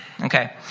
okay